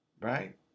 Right